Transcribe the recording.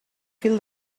fil